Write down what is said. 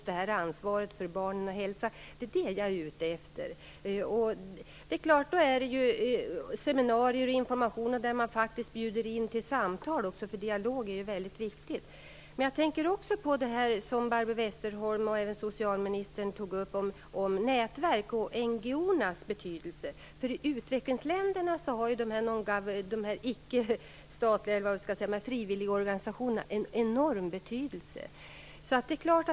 Det är detta som jag är ute efter. Det hålls ju seminarier där det lämnas information och bjuds in till samtal, för dialog är ju väldigt viktigt. Men jag tänker också på det som Barbro Westerholm och även socialministern tog upp om nätverk och frivilligorganisationernas betydelse. För utvecklingsländerna har frivilligorganisationerna en enorm betydelse.